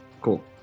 Cool